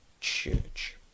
church